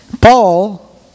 Paul